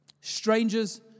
strangers